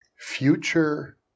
Future